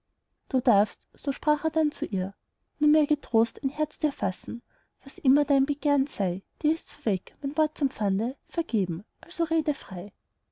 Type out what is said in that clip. du darfst so sprach er dann zu ihr nunmehr getrost ein herz dir fassen was immer dein begehren sei dir ist's vorweg mein wort zum pfande vergeben also rede frei